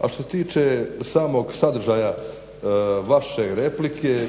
A što se tiče samog sadržaja vaše replike,